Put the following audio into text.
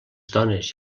dones